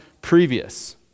previous